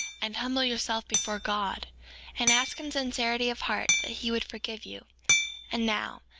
and humble yourselves before god and ask in sincerity of heart that he would forgive you and now,